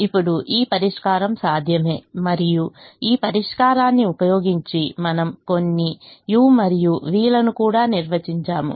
ఇప్పుడు ఈ పరిష్కారం సాధ్యమే మరియు ఈ పరిష్కారాన్ని ఉపయోగించి మనం కొన్ని u మరియు v లను కూడా నిర్వచించాము